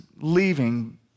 leaving